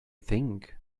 think